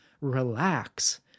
relax